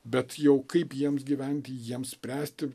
bet jau kaip jiems gyventi jiems spręsti